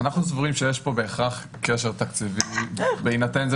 אנחנו סבורים שיש כאן קשר תקציבי בהינתן זה